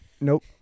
Nope